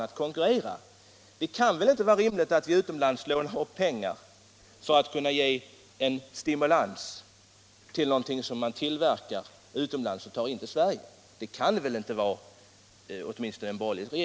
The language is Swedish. Det kan inte vara rimligt —- åtminstone för en borgerlig regering — att vi utomlands lånar upp pengar för att kunna ge en stimulans till någonting som tillverkas utomlands och tas in i Sverige.